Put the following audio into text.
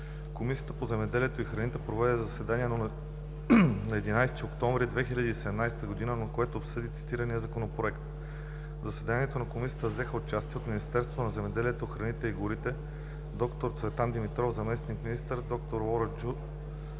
Комисията по земеделието и храните проведе заседание на 11 октомври 2017 г., на което обсъди цитирания Законопроект. В заседанието на Комисията взеха участие – от Министерството на земеделието, храните и горите – д-р Цветан Димитров – заместник-министър, д-р Лора